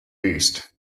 east